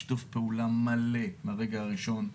שיתוף פעולה מלא מהרגע הראשון,